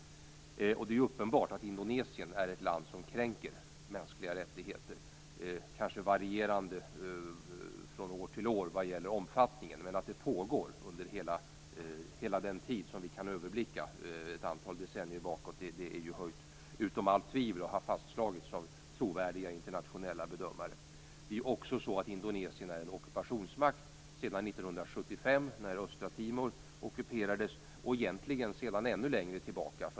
Det är ju uppenbart att Indonesien är ett land som kränker mänskliga rättigheter. Det är kanske varierande från år till år vad gäller omfattningen, men att det pågår under hela den tid som vi kan överblicka, ett antal decennier bakåt i tiden, är ju höjt utom allt tvivel. Det har fastslagits av trovärdiga internationella bedömare. Indonesien är ju också en ockupationsmakt sedan 1975 när Östra Timor ockuperades, och egentligen sedan ännu längre tillbaka.